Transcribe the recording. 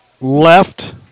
left